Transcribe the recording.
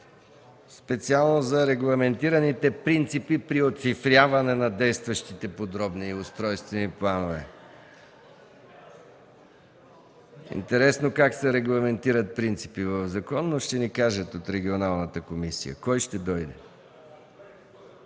специално за регламентираните принципи при оцифряване на действащите подробни устройствени планове. Интересно как се регламентират принципи в закон, но от Регионалната комисия ще ни